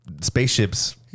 spaceships